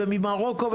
ממרוקו,